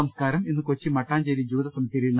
സംസ്കാരം ഇന്ന് കൊച്ചി മട്ടാഞ്ചേരി ജൂത സെമിത്തേരി യിൽ